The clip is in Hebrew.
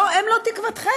הם לא תקוותכם.